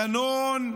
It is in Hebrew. ינון,